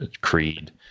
Creed